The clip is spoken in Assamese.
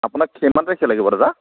আপোনাক কিমান তাৰিখে লাগিব দাদা